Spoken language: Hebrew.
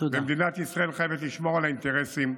ומדינת ישראל חייבת לשמור על האינטרסים.